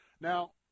Now